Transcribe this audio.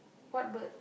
what bird